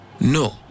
no